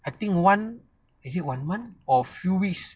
I think one is it one month or few weeks